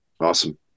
Awesome